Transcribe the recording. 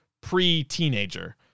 pre-teenager